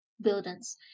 buildings